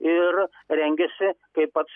ir rengiasi kaip pats